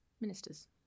ministers